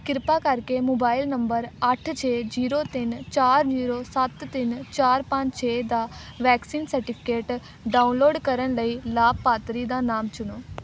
ਕਿਰਪਾ ਕਰਕੇ mobile number ਅੱਠ ਛੇ ਜ਼ੀਰੋ ਤਿੰਨ ਚਾਰ ਜ਼ੀਰੋ ਸੱਤ ਤਿੰਨ ਚਾਰ ਪੰਜ ਛੇ ਦਾ ਵੈਕਸੀਨ ਸਰਟੀਫਿਕੇਟ ਡਾਊਨਲੋਡ ਕਰਨ ਲਈ ਲਾਭਪਾਤਰੀ ਦਾ ਨਾਮ ਚੁਣੋ